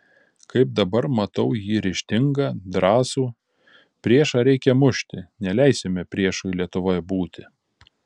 kaip dabar matau jį ryžtingą drąsų priešą reikia mušti neleisime priešui lietuvoje būti